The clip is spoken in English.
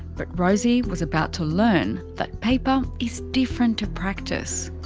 but rosie was about to learn, that paper is different to practice.